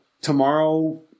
tomorrow